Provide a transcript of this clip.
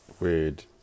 weird